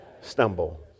stumble